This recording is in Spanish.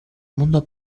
mundo